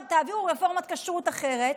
תעבירו רפורמת כשרות אחרת,